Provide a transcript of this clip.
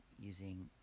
using